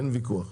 איך ויכוח.